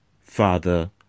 Father